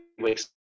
wakes